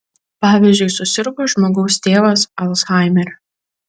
pavyzdžiui susirgo žmogaus tėvas alzhaimeriu